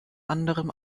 anderem